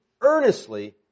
earnestly